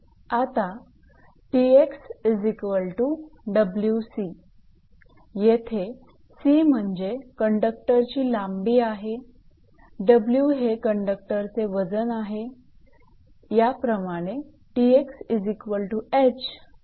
आता 𝑇𝑥𝑊𝑐 येथे 𝑐 म्हणजे कंडक्टरची लांबी आहे W हे कंडक्टरचे वजन आहे